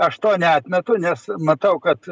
aš to neatmetu nes matau kad